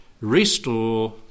restore